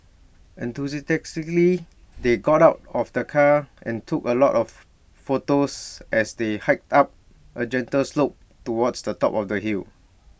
enthusiastically they got out of the car and took A lot of photos as they hiked up A gentle slope towards the top of the hill